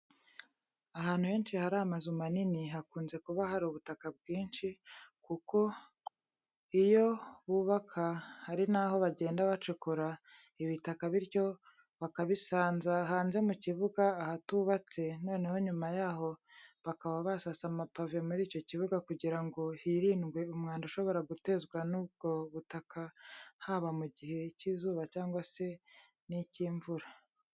Ahantu henshi hari amazu manini hakunze kuba hari ubutaka bwinshi kuko iyo bubaka hari n'aho bagenda bacukura ibitaka bityo bakabisanza hanze mu kibuga ahatubatse noneho nyuma y'aho bakaba basasa amapave muri icyo kibuga kugira ngo hirindwe umwanda ushobora gutezwa n'ubwo butaka haba mu gihe cy'izuba cyangwa se icy'imvura.